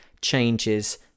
changes